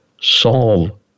solve